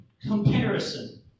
comparison